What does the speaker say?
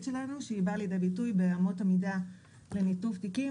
שלנו שבאה לידי ביטוי באמות המידה לניתוב תיקים,